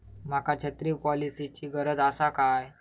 माका छत्री पॉलिसिची गरज आसा काय?